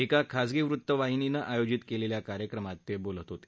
एका खाजगी वृत्तवाहिनीनं आयोजित केलेल्या कार्यक्रमात ते बोलत होते